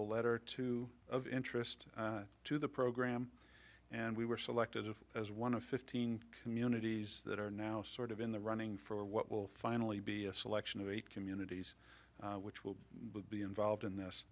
a letter to of interest to the program and we were selective as one of fifteen communities that are now sort of in the running for what will finally be a selection of eight communities which will be involved in